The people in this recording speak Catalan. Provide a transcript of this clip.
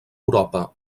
europa